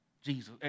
Jesus